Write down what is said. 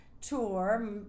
tour